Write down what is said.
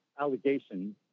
allegations